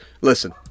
Listen